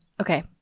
okay